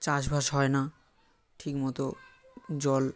চাষবাস হয় না ঠিকমতো জল